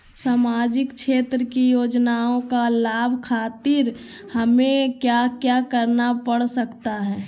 सामाजिक क्षेत्र की योजनाओं का लाभ खातिर हमें क्या क्या करना पड़ सकता है?